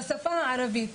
בשפה הערבית,